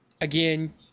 again